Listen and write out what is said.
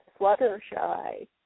Fluttershy